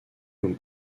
comme